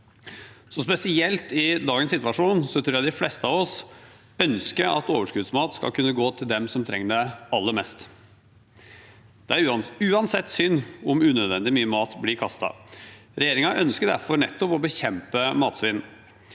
Spesielt i dagens situasjon tror jeg de fleste av oss ønsker at overskuddsmat skal kunne gå til dem som trenger det aller mest. Det er uansett synd om unødvendig mye mat blir kastet. Regjeringen ønsker derfor nettopp å bekjempe matsvinn.